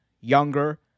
younger